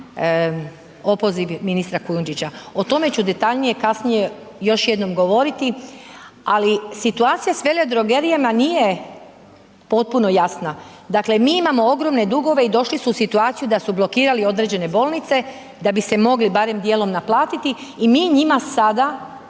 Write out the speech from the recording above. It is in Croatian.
opoziv ministra Kujundžića, o tome ću detaljnije kasnije još jednom govoriti, ali situacija s veledrogerijama nije potpuno jasna. Dakle, mi imamo ogromne dugove i došli su u situaciju da su blokirali određene bolnice da bi se mogli barem dijelom naplatiti i mi njima sada